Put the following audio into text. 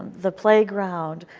the playground,